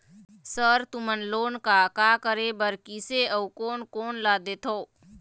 Sir तुमन loan का का करें बर, किसे अउ कोन कोन ला देथों?